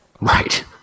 right